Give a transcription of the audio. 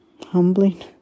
Humbling